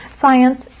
science